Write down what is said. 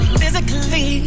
physically